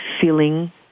feeling